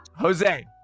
Jose